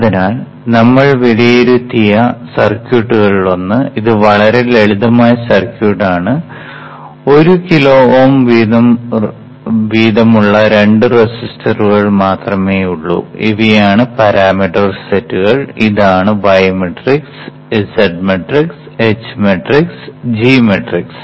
അതിനാൽ നമ്മൾ വിലയിരുത്തിയ സർക്യൂട്ടുകളിലൊന്ന് ഇത് വളരെ ലളിതമായ സർക്യൂട്ട് ആണ് 1 കിലോ ഓം വീതമുള്ള രണ്ട് റെസിസ്റ്ററുകൾ മാത്രമേയുള്ളൂ ഇവയാണ് പാരാമീറ്റർ സെറ്റുകൾ ഇതാണ് y matrix z matrix h matrix g matrix